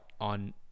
on